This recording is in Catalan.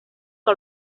que